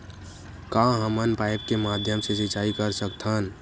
का हमन पाइप के माध्यम से सिंचाई कर सकथन?